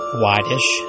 whitish